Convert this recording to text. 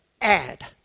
add